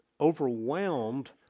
overwhelmed